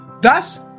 Thus